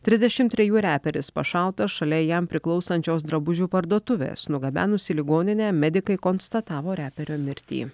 trisdešim trejų reperis pašautas šalia jam priklausančios drabužių parduotuvės nugabenus į ligoninę medikai konstatavo reperio mirtį